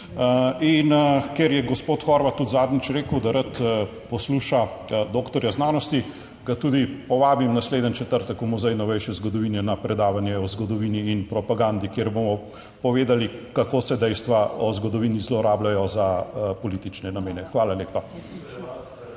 In ker je gospod Horvat tudi zadnjič rekel, da rad posluša doktorja znanosti, ga tudi povabim naslednji četrtek v Muzej novejše zgodovine na predavanje o zgodovini in propagandi, kjer bomo povedali kako se dejstva o zgodovini zlorabljajo za politične namene. Hvala lepa.